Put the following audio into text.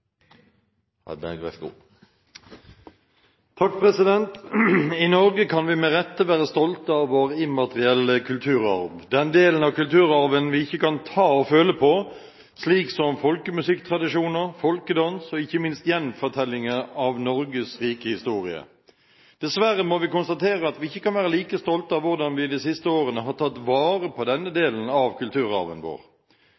den delen av kulturarven vi ikke kan ta og føle på, slik som folkemusikktradisjoner, folkedans og ikke minst gjenfortellingen av Norges rike historie. Dessverre må vi konstatere at vi ikke kan være like stolte av hvordan vi de siste årene har tatt vare på denne